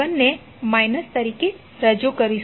ને માઈનસ તરીકે રજુ કરીશું